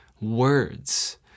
words